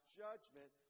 judgment